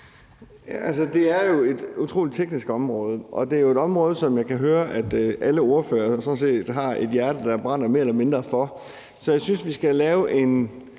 Det er jo et utrolig teknisk område, og det er et område, som jeg kan høre at alle ordførerne sådan set har et hjerte der banker mere eller mindre for. Så jeg synes, vi skal lave en